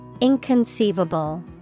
Inconceivable